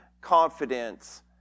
Confidence